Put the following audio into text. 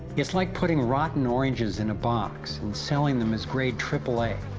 it's like putting rotten oranges in a box and selling them as grade aaa.